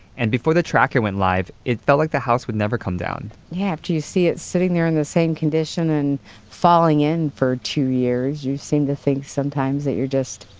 and before the tracker went live, it felt like the house would never come down yeah. after you see it sitting there in the same condition and falling in for two years, you seem to think sometimes that you're just,